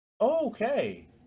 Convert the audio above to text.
Okay